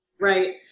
Right